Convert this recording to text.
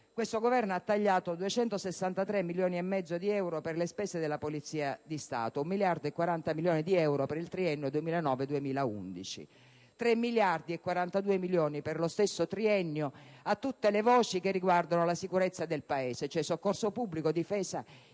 questo Governo ha tagliato 263,5 milioni di euro per le spese della Polizia di Stato; 1,40 miliardi di euro per il triennio 2009-2011; 3,42 miliardi per lo stesso triennio a tutte le voci che riguardano la sicurezza del Paese, ossia soccorso pubblico, difesa